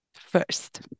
first